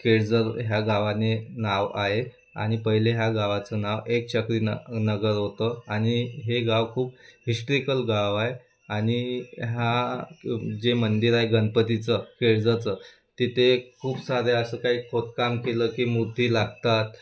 केळझर ह्या गावाने नाव आहे आणि पहिले ह्या गावाचं नाव एकचक्री न नगर होतं आणि हे गाव खूप हिस्ट्रिकल गाव आहे आणि हा जे मंदिर आहे गणपतीचं केळझरचं तिथे खूप सारे असं काही खोदकाम केलं की मूर्ती लागतात